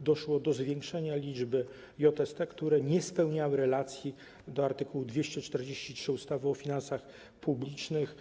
doszło do zwiększenia liczby JST, które nie spełniały relacji do art. 243 ustawy o finansach publicznych.